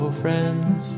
friends